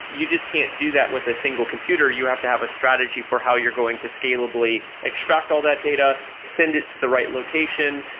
you just can't do that with a single computer. you have to have a strategy for how you're going to scalably extract all that data, send it to the right location,